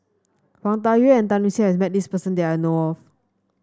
Wang Dayuan and Tan Lip Seng has met this person that I know of